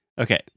Okay